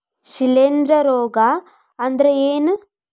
ಶಿಲೇಂಧ್ರ ರೋಗಾ ಅಂದ್ರ ಏನ್?